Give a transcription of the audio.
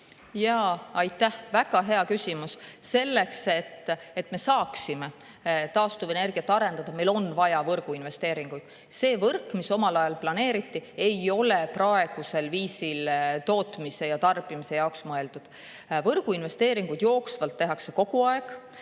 Aitäh! Väga hea küsimus. Selleks, et me saaksime taastuvenergiat arendada, on meil vaja võrguinvesteeringuid. See võrk, mis omal ajal planeeriti, ei ole praegusel viisil tootmise ja tarbimise jaoks mõeldud. Võrguinvesteeringuid tehakse jooksvalt kogu aeg.